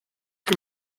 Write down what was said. que